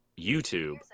youtube